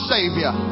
Savior